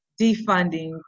defunding